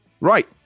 Right